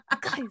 Guys